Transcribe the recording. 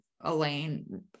Elaine